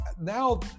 now